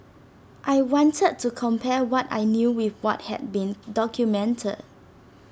I wanted to compare what I knew with what had been documented